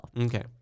Okay